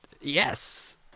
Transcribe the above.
yes